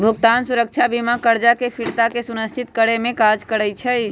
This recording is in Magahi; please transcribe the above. भुगतान सुरक्षा बीमा करजा के फ़िरता के सुनिश्चित करेमे काज करइ छइ